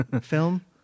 film